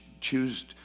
choose